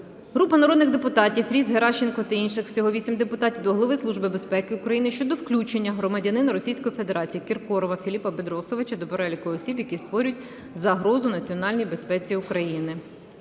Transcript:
Групи народних депутатів (Фріз, Геращенко та інших. Всього 8 депутатів) до Голови Служби безпеки України щодо включення громадянина Російської Федерації Кіркорова Філіпа Бедросовича до переліку осіб, які створюють загрозу національній безпеці України.